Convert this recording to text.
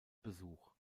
besuch